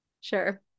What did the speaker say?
Sure